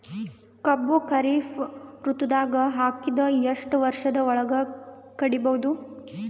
ಕಬ್ಬು ಖರೀಫ್ ಋತುದಾಗ ಹಾಕಿದರ ಎಷ್ಟ ವರ್ಷದ ಒಳಗ ಕಡಿಬಹುದು?